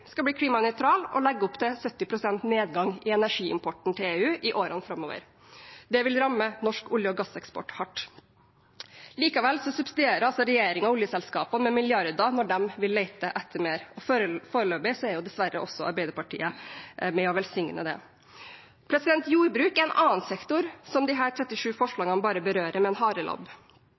skal bli klimanøytral og legger opp til 70 pst. nedgang i energiimporten til EU i årene framover. Det vil ramme norsk olje- og gasseksport hardt. Likevel subsidierer regjeringen oljeselskapene med milliarder når de vil lete etter mer, og foreløpig er dessverre også Arbeiderpartiet med på å velsigne det. Jordbruk er en annen sektor som disse 37 forslagene bare berører med en harelabb.